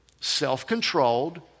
self-controlled